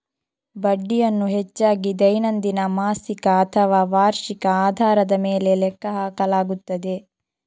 ಬಡ್ಡಿಯನ್ನು ಹೆಚ್ಚಾಗಿ ದೈನಂದಿನ, ಮಾಸಿಕ ಅಥವಾ ವಾರ್ಷಿಕ ಆಧಾರದ ಮೇಲೆ ಲೆಕ್ಕ ಹಾಕಲಾಗುತ್ತದೆ